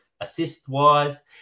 assist-wise